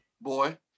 boy